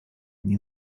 dni